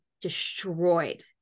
destroyed